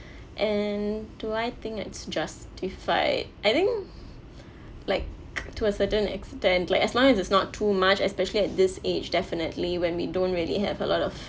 and do I think it's justified I think like to a certain extent like as long as it's not too much especially at this age definitely when we don't really have a lot of